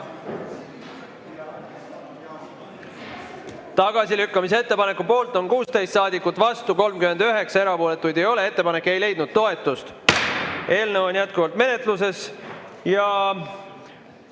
Tagasilükkamise ettepaneku poolt on 16 saadikut, vastu 39, erapooletuid ei ole. Ettepanek ei leidnud toetust. Eelnõu on jätkuvalt menetluses.